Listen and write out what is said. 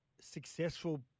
successful